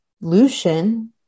Lucian